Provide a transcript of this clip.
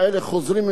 זה נס גלוי.